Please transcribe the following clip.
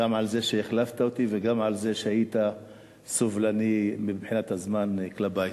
גם על זה שהחלפת אותי וגם על זה שהיית סובלני מבחינת הזמן כלפי.